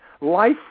life